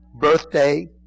birthday